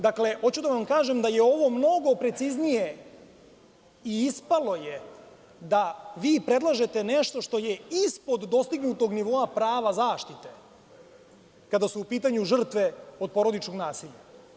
Dakle, hoću da vam kažem da je ovo mnogo preciznije i ispalo je da vi predlažete nešto što je ispod dostignutog nivoa prava zaštite kada su u pitanju žrtve od porodičnog nasilja.